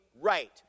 right